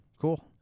Cool